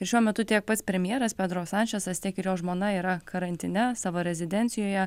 ir šiuo metu tiek pats premjeras pedro sančesas tiek ir jo žmona yra karantine savo rezidencijoje